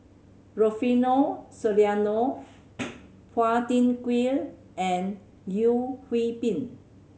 Rufino Soliano Phua Thin Kiay and Yeo Hwee Bin